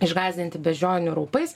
išgąsdinti beždžionių raupais